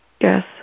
Yes